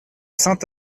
saint